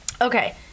Okay